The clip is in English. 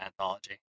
anthology